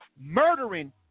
murdering